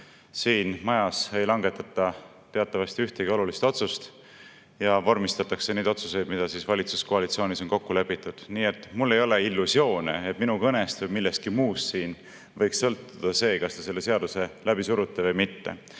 Siin majas ei langetata teatavasti ühtegi olulist otsust, vormistatakse vaid neid otsuseid, mis valitsuskoalitsioonis on kokku lepitud. Nii et mul ei ole illusioone, et minu kõnest või millestki muust siin võiks sõltuda see, kas te selle seaduse läbi surute või mitte.